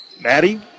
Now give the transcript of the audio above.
Maddie